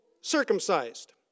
circumcised